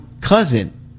cousin